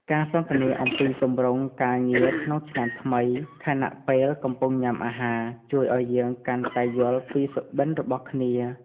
ការសន្ទនាអំពីគម្រោងការងារក្នុងឆ្នាំថ្មី ខណៈពេលកំពុងញ៉ាំអាហារ ជួយឱ្យយើងកាន់តែយល់ពីសុបិនរបស់គ្នា។